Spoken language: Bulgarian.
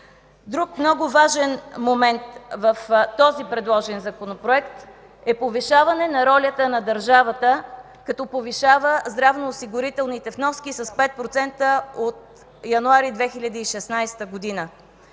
Друг много важен момент в предложения Законопроект е повишаване ролята на държавата, като повишава здравноосигурителните вноски с 5% от януари 2016 г.